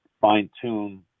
fine-tune